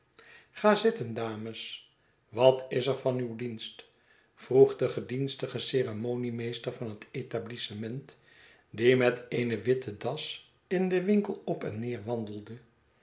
ga zitten dames wat is er van uw dienst vroeg de gedienstige ceremoniemeester van het etablissement die met eene witte das in den winkel op en neer wandelde